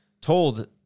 told